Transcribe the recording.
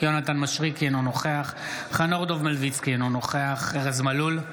אינו נוכח חנוך דב מלביצקי, אינו נוכח ארז מלול,